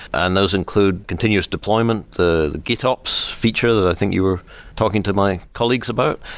and those include continuous deployment, the gitops feature that i think you were talking to my colleagues about.